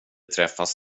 träffas